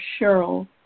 Cheryl